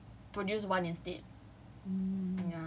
to produce one instead